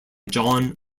john